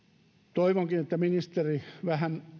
toivonkin että ministeri vähän